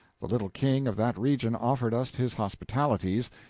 the little king of that region offered us his hospitalities,